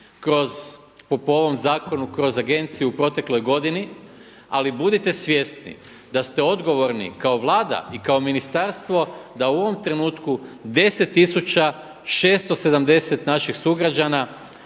po ovom zakonu kroz agenciju u protekloj godini, ali budite svjesni da ste odgovorni kao Vlada i ministarstvo da u ovom trenutku 10670 naših sugrađana